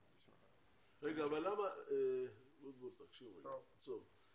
רגע, בוטבול תקשיב רגע, עצור.